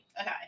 Okay